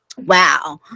wow